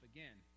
Again